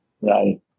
right